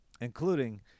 including